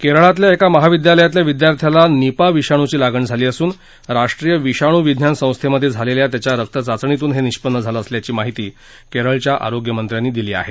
केरळातल्या एका महाविद्यालयातल्या विद्यार्थ्याला निपा विषाणूची लागण झाली असून राष्ट्रीय विषाणूविज्ञान संस्थेमध्ये झालेल्या त्याच्या रक्तचाचणीतून हे निष्पन्न झालं असल्याची माहिती केरळच्या आरोग्यमंत्र्यांनी दिली आहे